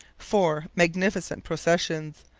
four magnificent processions,